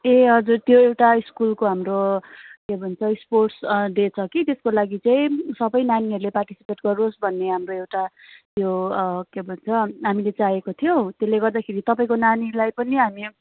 ए हजुर त्यो एउटा स्कुलको हाम्रो के भन्छ स्पोर्ट्स डे छ कि त्यसको लागि चाहिँ सबै नानीहरूले पार्टिसिपेट गरोस् भन्ने हाम्रो एउटा यो के भन्छ हामीले चाहेको थियो त्यसले गर्दाखेरि तपाईँको नानीलाई पनि हामी